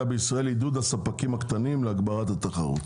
בישראל-מצב הקמעונאים הקטנים והמכולות וקידום התחרות".